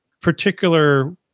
particular